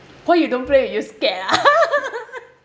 why you don't play you scared ah